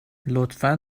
لطفا